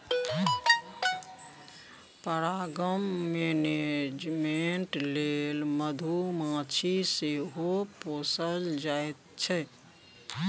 परागण मेनेजमेन्ट लेल मधुमाछी सेहो पोसल जाइ छै